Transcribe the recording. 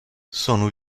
sono